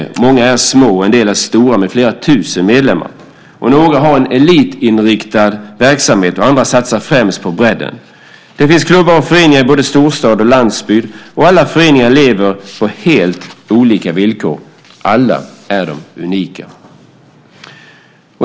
Många är små, en del är stora med flera tusen medlemmar. Några har en elitinriktad verksamhet, andra satsar främst på bredden. Det finns klubbar och föreningar i både storstad och landsbygd, och alla föreningar lever under helt olika villkor. Alla är de unika.